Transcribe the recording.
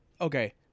okay